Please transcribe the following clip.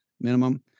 minimum